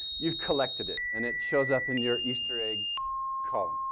you've collected it and it shows up in your easter egg column.